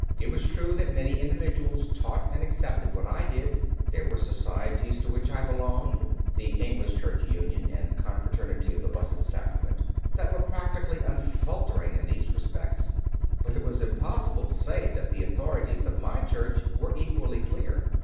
it was true that many individuals taught and accepted what i did there were societies to which i belonged the english church union and the confraternity of the blessed sacrament that were practically unfaltering in these respects but it was impossible to say that the authorities of my church were equally clear.